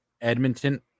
Edmonton